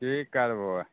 कि करभो